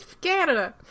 Canada